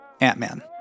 Ant-Man